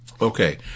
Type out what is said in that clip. Okay